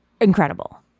incredible